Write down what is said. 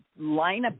lineup